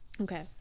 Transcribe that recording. Okay